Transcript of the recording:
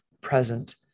present